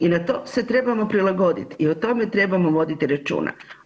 I na to se trebamo prilagodit, i o tome trebamo voditi računa.